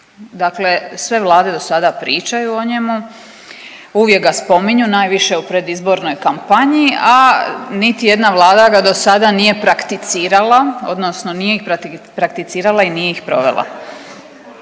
dakle sve vlade do sada pričaju o njemu, uvijek ga spominju, najviše u predizbornoj kampanja, a niti jedna Vlada ga do sada nije prakticirala odnosno nije ih prakticirala i nije ih provela.